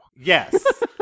Yes